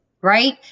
Right